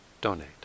donate